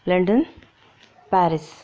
London Paris